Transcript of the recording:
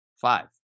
Five